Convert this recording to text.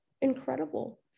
incredible